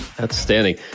Outstanding